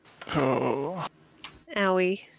Owie